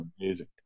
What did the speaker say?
amazing